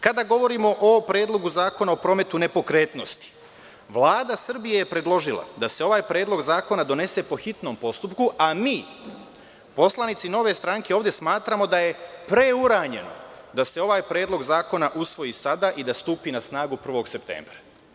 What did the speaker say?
Kada govorimo o Predlogu zakona o prometu nepokretnosti, Vlada Srbije je predložila da se ovaj predlog zakona donese po hitnom postupku, a mi, poslanici Nove stranke ovde smatramo da je preuranjeno da se ovaj predlog zakona usvoji sada i da stupi na snagu 1. septembra.